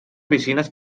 piscines